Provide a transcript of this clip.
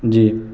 جی